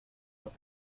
los